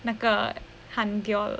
那个